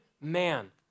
man